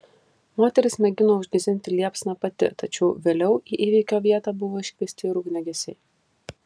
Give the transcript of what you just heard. moteris mėgino užgesinti liepsną pati tačiau vėliau į įvykio vietą buvo iškviesti ir ugniagesiai